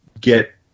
get